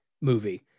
movie